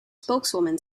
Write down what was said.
spokeswoman